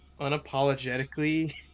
unapologetically